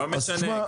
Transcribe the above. לא משנה.